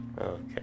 Okay